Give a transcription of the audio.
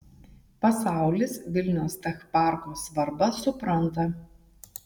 pasaulis vilniaus tech parko svarbą supranta